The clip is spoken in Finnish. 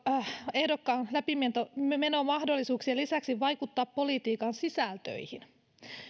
ehdokkaan läpimenomahdollisuuksien lisäksi vaikuttaa politiikan sisältöihin